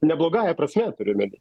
ne blogąja prasme turiu omeny